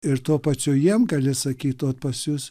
ir tuo pačiu jiem gali sakyt ot pas jus